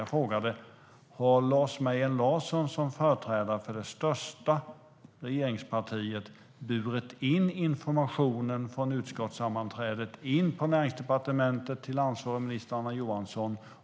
Jag frågade: Har Lars Mejern Larsson som företrädare för det största regeringspartiet burit informationen från utskottssammanträdet in på Näringsdepartementet till ansvarig minister Anna Johansson?